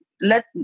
let